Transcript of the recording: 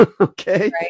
Okay